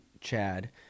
chad